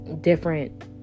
different